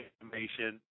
information